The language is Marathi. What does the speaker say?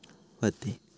व्हते